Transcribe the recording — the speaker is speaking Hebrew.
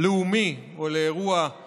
לאומי או באירוע כלכלי, אבל, נדמה